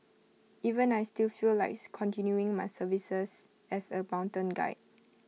even I still feel likes continuing my services as A mountain guide